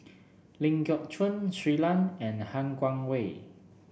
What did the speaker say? Ling Geok Choon Shui Lan and Han Guangwei